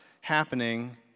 happening